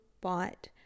bought